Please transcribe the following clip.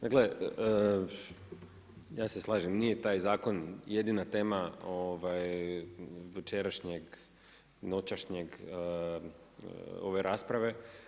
Dakle, ja se slažem nije taj zakon jedina tema večerašnjeg, noćašnje ove rasprave.